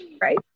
right